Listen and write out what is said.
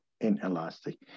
inelastic